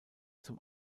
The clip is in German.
zum